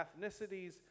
ethnicities